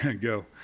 go